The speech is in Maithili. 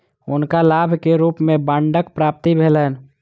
हुनका लाभ के रूप में बांडक प्राप्ति भेलैन